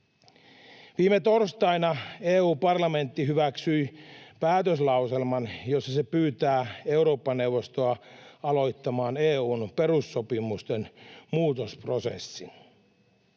Viime torstaina EU-parlamentti hyväksyi päätöslauselman, jossa se pyytää Eurooppa-neuvostoa aloittamaan EU:n perussopimusten muutosprosessin.